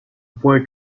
point